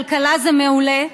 כלכלה, זה מעולה.